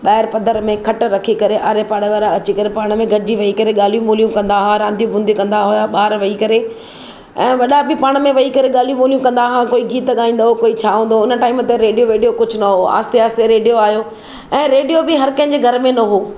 ॿाहिरि पधर में खट रखी करे आड़े पाड़े वारा अची करे पाण में गॾिजी वेही करे ॻाल्हियूं ॿोलियूं कंदा हुआ रांदियू बूंदियूं कंदा हुआ ॿार वेही करे ऐं वॾा बि पाण में वेही करे ॻाल्हियूं ॿोलियूं कंदा हुआ कोई गीत ॻाईंदो हुओ कोई छा हूंदो हुओ हुन टाइम ते रेडिओ वेडिओ कुझु न हुओ आस्ते आस्ते रेडिओ आयो ऐं रेडिओ बि हर कंहिंजे घर में न हुओ